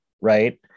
right